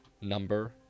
number